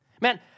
Man